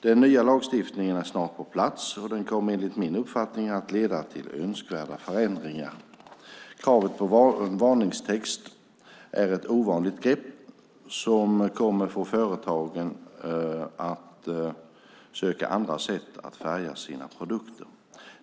Den nya lagstiftningen är snart på plats, och den kommer enligt min uppfattning att leda till önskvärda förändringar. Kravet på varningstext är ett ovanligt grepp som kommer att få företagen att söka andra sätt att färga sina produkter.